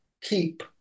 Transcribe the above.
keep